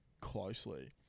closely